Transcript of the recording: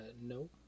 No